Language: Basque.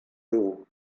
dugu